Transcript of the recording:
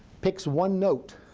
picks one note,